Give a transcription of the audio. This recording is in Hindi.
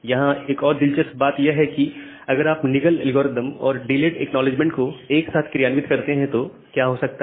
यहां एक और दिलचस्प बात यह है कि अगर आप निकल एल्गोरिदम और डिलेड एक्नॉलेजमेंट को एक साथ क्रियान्वित करते हैं तो क्या हो सकता है